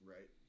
Right